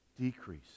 Decrease